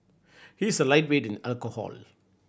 he is a lightweight in alcohol